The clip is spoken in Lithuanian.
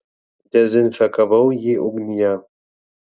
dezinfekavau jį ugnyje